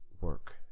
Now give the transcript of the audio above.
work